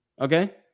Okay